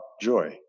joy